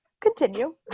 Continue